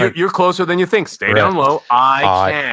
ah you're closer than you think. stay on low. i yeah